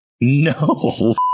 No